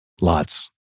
Lots